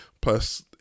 plus